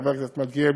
חבר הכנסת מלכיאלי,